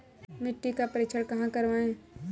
मिट्टी का परीक्षण कहाँ करवाएँ?